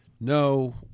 No